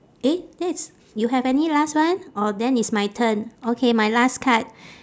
eh that's you have any last one orh then it's my turn okay my last card